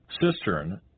cistern